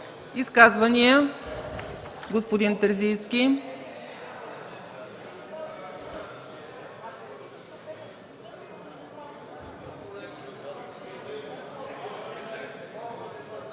Изказвания? Господин Терзийски.